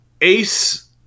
Ace